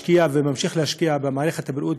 ולא תוותר, ובענישה מחמירה ביותר.